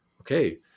okay